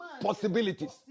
possibilities